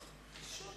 למי שעוד